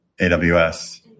aws